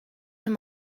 him